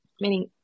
meaning